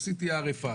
עשיתי RFI,